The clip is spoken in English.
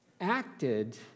acted